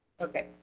Okay